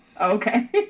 Okay